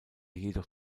jedoch